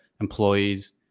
employees